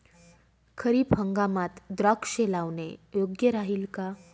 खरीप हंगामात द्राक्षे लावणे योग्य राहिल का?